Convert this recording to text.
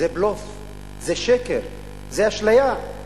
זה בלוף, זה שקר, זו אשליה.